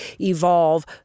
evolve